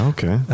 Okay